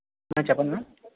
చెప్పండి మ్యామ్